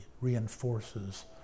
reinforces